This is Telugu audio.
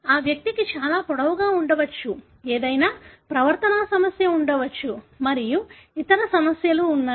కానీ ఈ వ్యక్తి చాలా పొడవుగా ఉండవచ్చు ఏదైనా ప్రవర్తనా సమస్య ఉండవచ్చు మరియు ఇతర సమస్యలు కూడా ఉన్నాయి